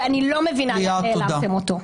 ואני לא מבינה איך העלמתם אותה.